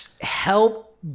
help